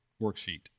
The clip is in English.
worksheet